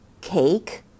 cake